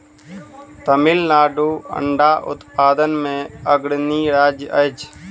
तमिलनाडु अंडा उत्पादन मे अग्रणी राज्य अछि